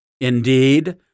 Indeed